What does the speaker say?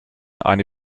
eine